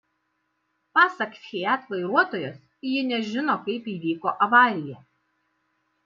pasak fiat vairuotojos ji nežino kaip įvyko avarija